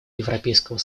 европейского